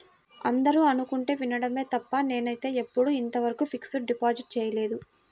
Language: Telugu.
అందరూ అనుకుంటుంటే వినడమే తప్ప నేనైతే ఎప్పుడూ ఇంతవరకు ఫిక్స్డ్ డిపాజిట్ చేయలేదు